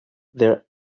their